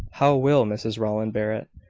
how will mrs rowland bear it?